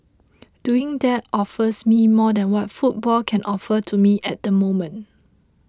doing that offers me more than what football can offer to me at the moment